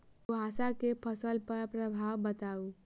कुहासा केँ फसल पर प्रभाव बताउ?